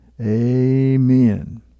amen